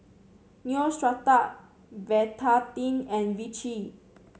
Neostrata Betadine and Vichy